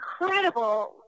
incredible